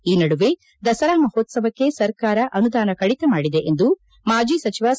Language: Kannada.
ಈ ನಡುವೆ ದಸರಾ ಮಹೋತ್ಸವಕ್ಕೆ ಸರ್ಕಾರ ಅನುದಾನ ಕಡಿತ ಮಾಡಿದೆ ಎಂದು ಮಾಜಿ ಸಚಿವ ಸಾ